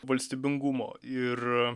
valstybingumo ir